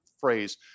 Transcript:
phrase